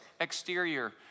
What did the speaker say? exterior